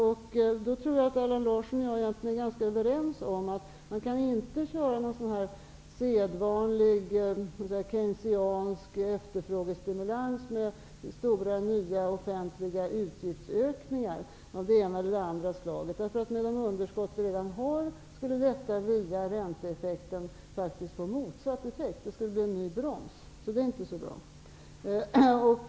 Jag tror att Allan Larsson och jag egentligen är ganska överens om att man inte kan köra med en sedvanlig keynesiansk efterfrågestimulans med stora nya offentliga utgiftsökningar av det ena eller andra slaget. Med det underskott som vi har skulle detta via ränteeffekten faktiskt få motsatt verkan. Det skulle bli en ny broms, så det är inte bra.